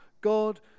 God